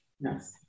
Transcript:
Yes